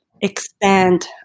expand